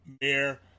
Mayor